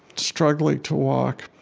struggling to walk.